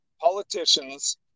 politicians